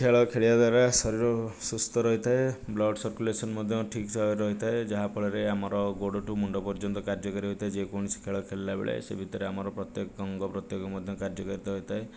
ଖେଳ ଖେଳିବା ଦ୍ୱାରା ଶରୀର ସୁସ୍ଥ ରହିଥାଏ ବ୍ଲଡ୍ ସର୍କୁଲେସନ୍ ମଧ୍ୟ ଠିକ୍ ଭାବରେ ରହିଥାଏ ଯାହା ଫଳରେ ଆମର ଗୋଡ଼ଠୁ ମୁଣ୍ଡ ପର୍ଯ୍ୟନ୍ତ କାର୍ଯ୍ୟକାରୀ ହୋଇଥାଏ ଯେକୌଣସି ଖେଳ ଖେଳିଲାବେଳେ ସେ ଭିତରେ ପ୍ରତ୍ୟେକ ଅଙ୍ଗ ପ୍ରତ୍ୟଙ୍ଗ ମଧ୍ୟ କାର୍ଯ୍ୟକାରୀତା ହୋଇଥାଏ